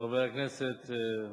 חבר הכנסת.